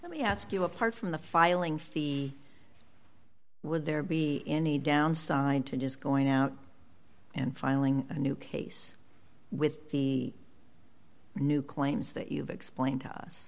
let me ask you apart from the filing fee would there be any downside to just going out and filing a new case with the new claims that you've explained to